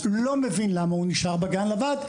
לא מבין למה הוא נשאר בגן לבד.